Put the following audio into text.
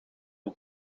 een